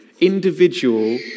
individual